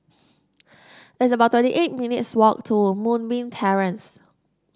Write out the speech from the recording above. it's about twenty eight minutes' walk to Moonbeam Terrace